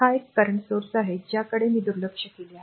हा एक current स्त्रोत आहे ज्याकडे मी दुर्लक्ष केले आहे